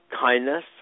kindness